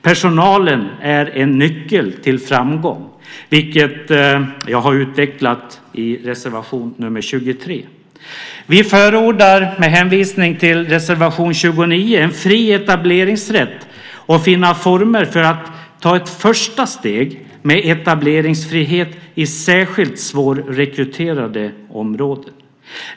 Personalen är en nyckel till framgång, vilket jag har utvecklat i reservation nr 23. Vi förordar, med hänvisning till reservation nr 29, en fri etableringsrätt och att man söker former för att ta ett första steg med etableringsfrihet i särskilt svårrekryterade områden.